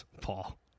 Paul